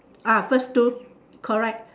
ah first two correct